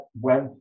went